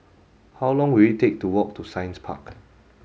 how long will it take to walk to Science Park